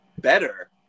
better